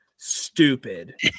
stupid